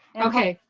okay.